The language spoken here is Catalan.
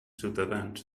ciutadans